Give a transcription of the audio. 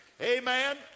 Amen